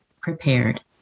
prepared